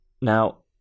Now